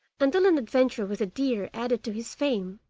until an adventure with a deer added to his fame.